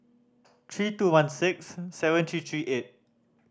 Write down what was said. three two one six seven three three eight